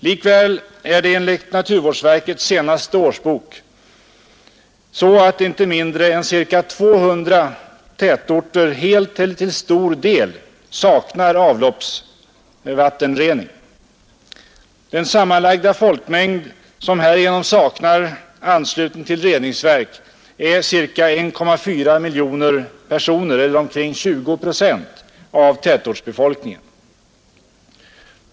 Likväl saknar, enligt naturvårdsverkets senaste årsbok, inte mindre än ca 200 tätorter helt eller till stor del avloppsvattenrening. Den sammanlagda folkmängd som härigenom saknar anslutning till reningsverk är ca 1,4 miljoner personer eller omkring 20 procent av tätortsbefolkningen.